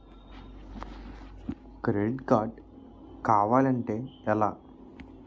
Credit card కావాలి అంటే ఎలా?